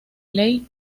ley